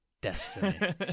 Destiny